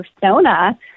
persona